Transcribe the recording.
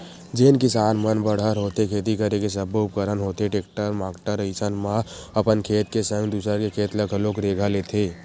जेन किसान मन बड़हर होथे खेती करे के सब्बो उपकरन होथे टेक्टर माक्टर अइसन म अपन खेत के संग दूसर के खेत ल घलोक रेगहा लेथे